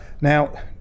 Now